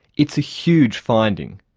it's a huge finding.